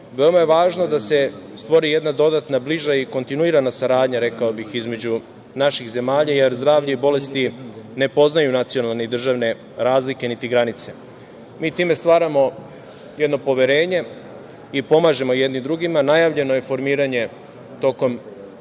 je važno da se stvori jedna dodatna bliža i kontinuirana saradnja, rekao bih, između naših zemalja, jer zdravlje i bolesti ne poznaju nacionalne i državne razlike niti granice. Mi time stvaramo jedno poverenje i pomažemo jedni drugima. Najavljeno je i formiranje tokom